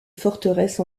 forteresse